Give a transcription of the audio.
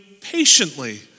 patiently